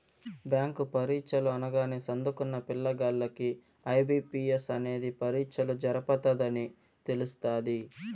bank పరీచ్చలు అనగానే సదుంకున్న పిల్లగాల్లకి ఐ.బి.పి.ఎస్ అనేది పరీచ్చలు జరపతదని తెలస్తాది